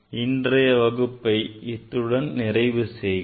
இன்றைய வகுப்பை இத்துடன் நிறைவு செய்கிறேன்